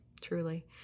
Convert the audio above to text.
Truly